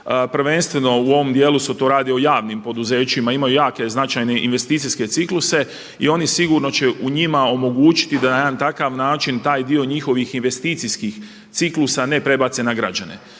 Prvenstveno u ovom dijelu se to radi o javnim poduzećima imaju jake, značajne investicijske cikluse i oni sigurno će u njima omogućiti da na jedan takav način taj dio njihovih investicijskih ciklusa ne prebace na građane